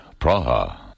Praha